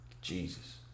Jesus